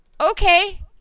Okay